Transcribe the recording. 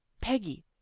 Peggy